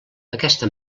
aquesta